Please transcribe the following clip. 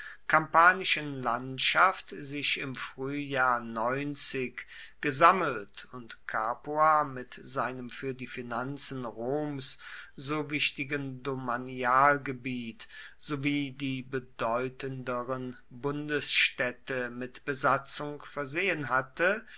kampanischen landschaft sich im frühjahr gesammelt und capua mit seinem für die finanzen roms so wichtigen domanialgebiet sowie die bedeutenderen bundesstädte mit besatzung versehen hatte